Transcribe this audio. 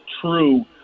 true